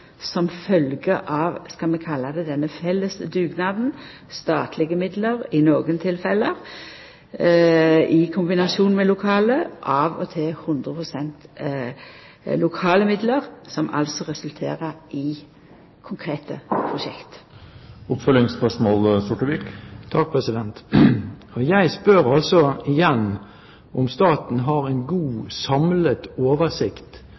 som faktisk står der på grunn av – skal vi kalla det – denne felles dugnaden, statlege midlar i nokre tilfelle, i kombinasjon med lokale, av og til 100 pst. lokale midlar, som altså resulterer i konkrete prosjekt. Jeg spør altså igjen om staten har en god, samlet oversikt